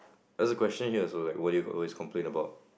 there's a question here also like what do you always complain about